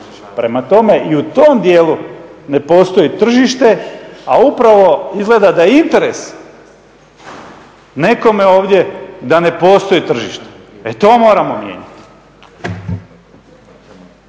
Prema tome i u tom dijelu ne postoji tržište, a upravo izgleda da je interes nekome ovdje da ne postoji tržište. E to moramo mijenjati.